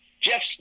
Jeff